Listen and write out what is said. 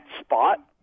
spot